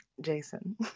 Jason